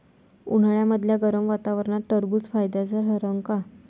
उन्हाळ्यामदल्या गरम वातावरनात टरबुज फायद्याचं ठरन का?